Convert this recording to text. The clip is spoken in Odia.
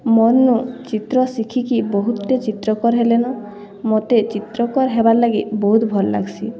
ମୋର୍ନୁ ଚିତ୍ର ଶିଖିକି ବହୁତଟେ ଚିତ୍ରକର୍ ହେଲନ ମତେ ଚିତ୍ରକର୍ ହେବାର୍ ଲାଗି ବହୁତ୍ ଭଲ୍ ଲାଗ୍ସି